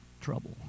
trouble